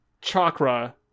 chakra